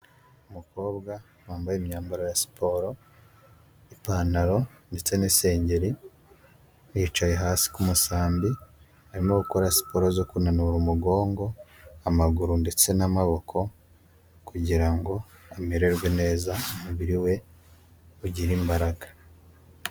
Umukobwa wambaye imyambaro ya siporo, ipantaro ndetse n'isengeri yicaye hasi ku musambi arimo gukora siporo zo kunanura umugongo amaguru ndetse n'amaboko, kugira ngo amererwe neza umubiri we ugire imbaraga.